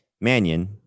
Mannion